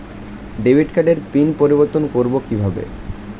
Debit কার্ডের PIN পরিবর্তন করবো কীভাবে?